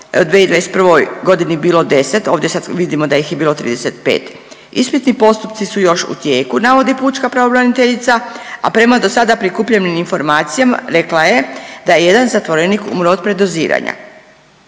u 2021.g. bilo 10, ovdje sad vidimo da ih je bilo 35, ispitni postupci su još u tijeku navodi pučka pravobraniteljica, a prema do sada prikupljenim informacijama rekla je da je jedan zatvorenik umro od predoziranja.